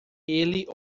ele